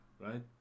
Right